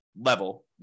level